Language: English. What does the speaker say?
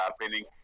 happening